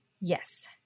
Yes